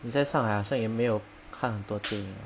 你在上海好像也没有看很多电影啊